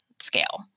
scale